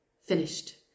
finished